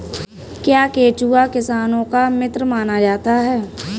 क्या केंचुआ किसानों का मित्र माना जाता है?